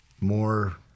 more